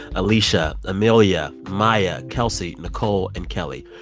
alicia, amelia, maya, kelsey, nicole and kelly.